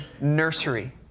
nursery